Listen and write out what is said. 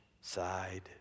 side